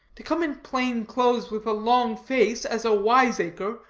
to come in plain clothes, with a long face, as a wiseacre,